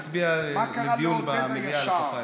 מה קרה לעודד הישר?